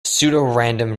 pseudorandom